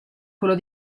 quello